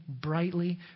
brightly